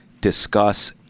discuss